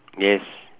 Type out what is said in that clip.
yes